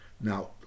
Now